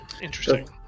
Interesting